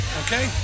okay